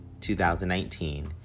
2019